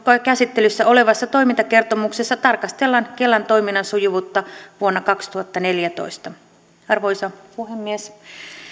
käsittelyssä olevassa toimintakertomuksessa tarkastellaan kelan toiminnan sujuvuutta vuonna kaksituhattaneljätoista arvoisa puhemies